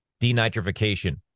denitrification